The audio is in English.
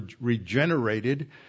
regenerated